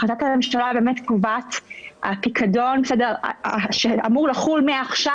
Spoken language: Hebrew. החלטת הממשלה קובעת שהפיקדון אמור לחול מעכשיו